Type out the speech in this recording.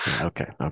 Okay